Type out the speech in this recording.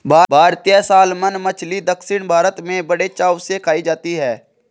भारतीय सालमन मछली दक्षिण भारत में बड़े चाव से खाई जाती है